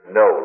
no